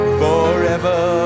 forever